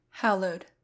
HALLOWED